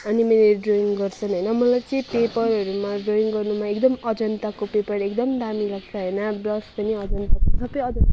अनि मैले ड्रइङ गर्छन् होइन मलाई चाहिँ पेपरहरूमा ड्रइङ गर्नुमा एकदम अजन्ताको पेपर एकदम दामी लाग्छ होइन ब्रस पनि अजन्ताको सबै अजन्ताको